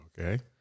Okay